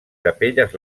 capelles